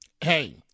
hey